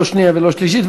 לא השנייה ולא השלישית,